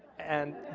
and